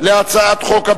43